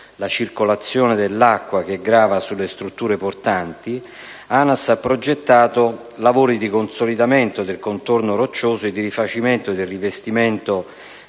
la circolazione dell'acqua che grava sulle strutture portanti, ANAS ha progettato lavori di consolidamento del contorno roccioso e di rifacimento del rivestimento